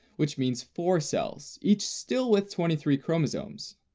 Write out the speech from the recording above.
which means four cells, each still with twenty three chromosomes.